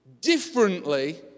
differently